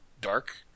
dark